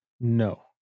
No